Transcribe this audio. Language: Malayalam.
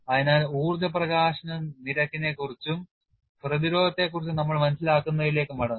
അതിനാൽ ഊർജ്ജ പ്രകാശന നിരക്കിനെക്കുറിച്ചും പ്രതിരോധത്തെക്കുറിച്ചും നമ്മൾ മനസ്സിലാക്കുന്നതിലേക്ക് മടങ്ങും